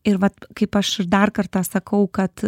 ir vat kaip aš ir dar kartą sakau kad